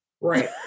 right